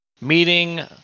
meeting